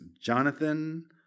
Jonathan